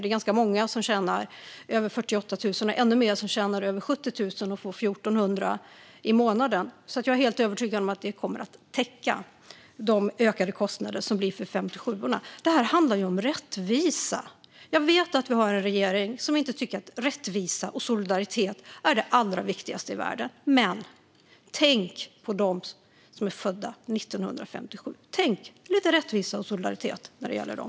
Det är rätt många som tjänar över 48 000, och det är också många som tjänar över 70 000 och får en skattesänkning på 1 400 i månaden. Jag är helt övertygad om att detta kommer att täcka de ökade kostnader som det blir för 57:orna. Det här handlar om rättvisa. Jag vet att vi har en regering som inte tycker att rättvisa och solidaritet är det allra viktigaste i världen, men tänk på dem som är födda 1957! Tänk lite rättvisa och solidaritet när det gäller dem!